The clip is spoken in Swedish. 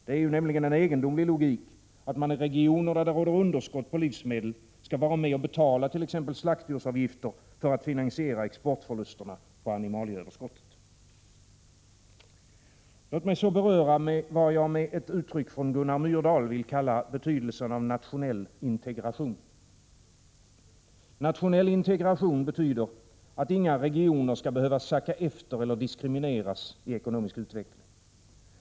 Det är ju en egendomlig logik, att man i regioner där det råder underskott på livsmedel skall vara med och betalat.ex. slaktdjursavgifter för att finansiera exportförlusterna på animalieöverskottet. Låt mig så beröra vad jag med ett utryck från Gunnar Myrdal vill kalla betydelsen av nationell integration. Nationell integration innebär att inga regioner skall behöva sacka efter eller diskrimineras i ekonomisk utveckling.